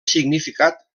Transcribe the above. significat